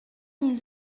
mille